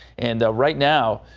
and right now.